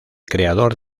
creador